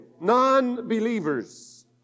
non-believers